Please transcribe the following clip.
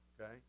Okay